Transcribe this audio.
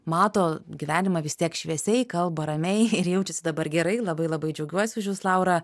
mato gyvenimą vis tiek šviesiai kalba ramiai ir jaučiasi dabar gerai labai labai džiaugiuosi už jus laura